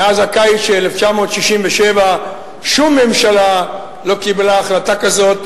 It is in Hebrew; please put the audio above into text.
מאז הקיץ של 1967 שום ממשלה לא קיבלה החלטה כזאת,